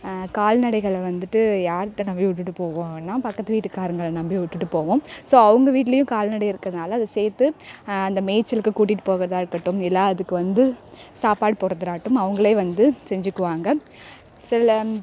கால்நடைகளை வந்துட்டு யார்கிட்ட நம்பி விட்டுட்டு போவோம்னால் பக்கத்து வீட்டுக்காரங்களை நம்பி விட்டுட்டு போவோம் ஸோ அவங்க வீட்டிலயும் கால்நடை இருக்குறனால் அதை சேர்த்து அந்த மேய்ச்சலுக்கு கூட்டிட்டு போகிறதா இருக்கட்டும் இல்லை அதுக்கு வந்து சாப்பாடு போடுறதாகட்டும் அவங்களே வந்து செஞ்சுக்குவாங்க சில